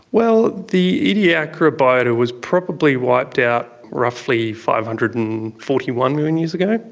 well, the ediacara biota was probably wiped out roughly five hundred and forty one million years ago,